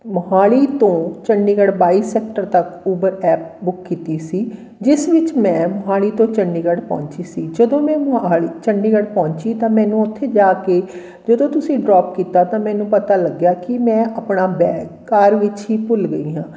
ਮੋਹਾਲੀ ਤੋਂ ਚੰਡੀਗੜ੍ਹ ਬਾਈ ਸੈਕਟਰ ਤੱਕ ਊਬਰ ਕੈਬ ਬੁੱਕ ਕੀਤੀ ਸੀ ਜਿਸ ਵਿੱਚ ਮੈਂ ਮੋਹਾਲੀ ਤੋਂ ਚੰਡੀਗੜ੍ਹ ਪਹੁੰਚੀ ਸੀ ਜਦੋਂ ਮੈਂ ਮੋਹਾਲੀ ਚੰਡੀਗੜ੍ਹ ਪਹੁੰਚੀ ਤਾਂ ਮੈਨੂੰ ਉੱਥੇ ਜਾ ਕੇ ਜਦੋਂ ਤੁਸੀਂ ਡਰੋਪ ਕੀਤਾ ਤਾਂ ਮੈਨੂੰ ਪਤਾ ਲੱਗਿਆ ਕਿ ਮੈਂ ਆਪਣਾ ਬੈਗ ਕਾਰ ਵਿੱਚ ਹੀ ਭੁੱਲ ਗਈ ਹਾਂ